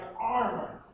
armor